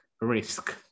risk